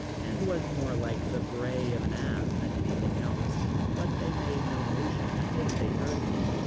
and was more like the bray of an ass than anything else, but they made no motion as if they heard me,